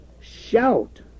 shout